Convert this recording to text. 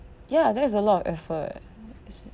ya that's a lot of effort